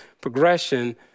progression